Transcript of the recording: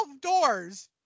doors